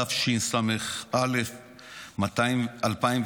התשס"א 2001,